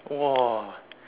!wah!